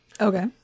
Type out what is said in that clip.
okay